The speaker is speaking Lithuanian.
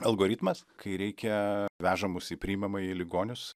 algoritmas kai reikia vežamus į priimamąjį ligonius